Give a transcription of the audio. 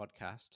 podcast